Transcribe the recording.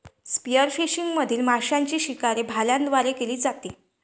spearfishing मधील माशांची शिकार भाल्यांद्वारे केली जाते